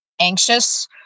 anxious